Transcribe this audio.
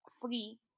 free